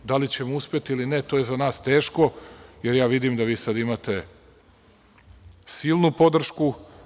Da li ćemo uspeti ili ne, to je za nas teško, jer ja vidim da vi sada imate silnu podršku.